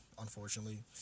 unfortunately